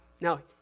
Now